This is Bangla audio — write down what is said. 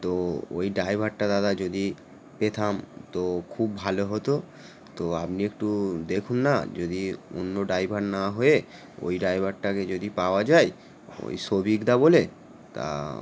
তো ওই ড্রাইভারটা দাদা যদি পেতাম তো খুব ভালো হতো তো আপনি একটু দেখুন না যদি অন্য ড্রাইভার না হয়ে ওই ড্রাইভারটাকে যদি পাওয়া যায় ওই শফিক দা বলে তা